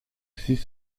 six